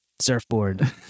surfboard